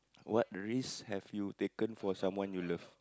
what risks have you taken for someone you love